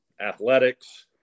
athletics